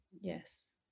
yes